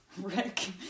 Rick